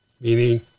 meaning